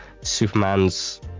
superman's